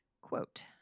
Quote